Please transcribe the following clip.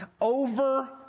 over